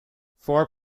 four